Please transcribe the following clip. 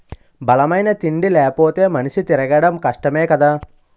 బలమైన తిండి లేపోతే మనిషి తిరగడం కష్టమే కదా